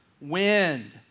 wind